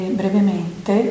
brevemente